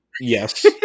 yes